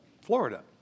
Florida